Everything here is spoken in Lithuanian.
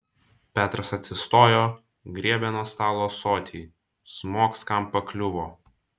petras atsistojo griebė nuo stalo ąsotį smogs kam pakliuvo